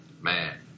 Man